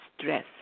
stress